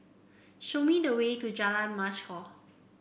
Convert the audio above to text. show me the way to Jalan Mashhor